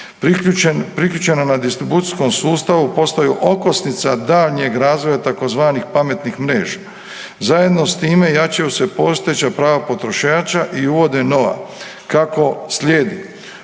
priključena na distribucijskom sustavu postaju okosnica daljnjeg razvoja tzv. pametnih mreža. Zajedno s time jačaju se postojeća prava potrošača i uvode nova kako slijedi,